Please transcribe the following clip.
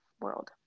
world